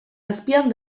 azpian